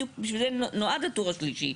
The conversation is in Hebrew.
בדיוק בשביל זה נועד הטור השלישי.